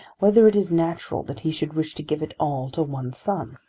whether it is natural that he should wish to give it all to one son.